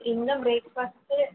ഇന്ന് break fast